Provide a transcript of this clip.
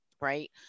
Right